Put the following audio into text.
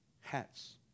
hats